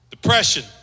Depression